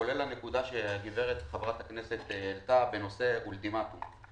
כולל הנקודה שחברת הכנסת העלתה בנושא אולטימטום.